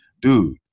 dude